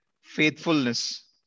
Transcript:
faithfulness